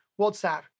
WhatsApp